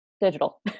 digital